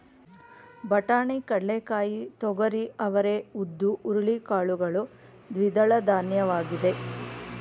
ಬಟಾಣಿ, ಕಡ್ಲೆಕಾಯಿ, ತೊಗರಿ, ಅವರೇ, ಉದ್ದು, ಹುರುಳಿ ಕಾಳುಗಳು ದ್ವಿದಳಧಾನ್ಯವಾಗಿದೆ